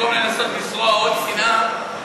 במקום לנסות לזרוע עוד שנאה,